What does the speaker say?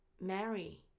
Mary